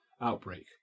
outbreak